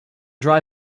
dry